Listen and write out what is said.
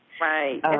Right